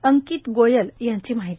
अंकित गोयल यांची माहिती